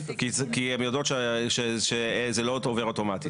כי הן יודעות שזה לא עובר אוטומטית,